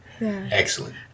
Excellent